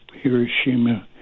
Hiroshima